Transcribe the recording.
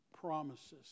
promises